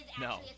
no